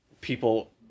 people